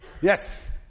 Yes